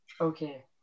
Okay